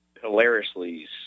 hilariously